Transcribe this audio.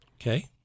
Okay